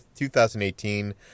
2018